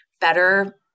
better